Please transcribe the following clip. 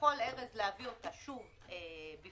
יכול ארז להביא אותה שוב בפניכם.